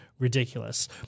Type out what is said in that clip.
Ridiculous